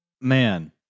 Man